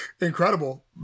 incredible